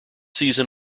season